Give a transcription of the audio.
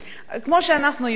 כמו שאנחנו יודעים,